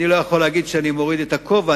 אני לא יכול להגיד שאני מוריד את הכובע,